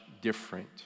different